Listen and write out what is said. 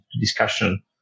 discussion